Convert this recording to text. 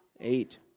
Eight